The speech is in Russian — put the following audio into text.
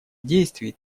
действий